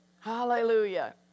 Hallelujah